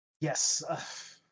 Yes